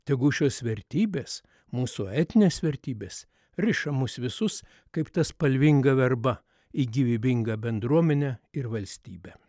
tegu šios vertybės mūsų etninės vertybės riša mus visus kaip ta spalvinga verba į gyvybingą bendruomenę ir valstybę